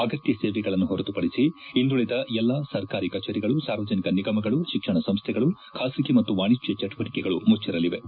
ಅಗತ್ಯ ಸೇವೆಗಳನ್ನು ಹೊರತುಪಡಿಸಿ ಇನ್ನುಳಿದ ಎಲ್ಲಾ ಸರ್ಕಾರಿ ಕಚೇರಿಗಳು ಸಾರ್ವಜನಿಕ ನಿಗಮಗಳು ಶಿಕ್ಷಣ ಸಂಸ್ಥೆಗಳು ಖಾಸಗಿ ಮತ್ತು ವಾಣಿಜ್ಯ ಚಟುವಟಿಕೆಗಳು ಮುಚ್ಚಿರಲಿವೆ